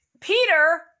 Peter